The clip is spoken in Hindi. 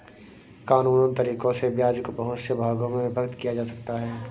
कानूनन तरीकों से ब्याज को बहुत से भागों में विभक्त किया जा सकता है